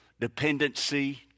dependency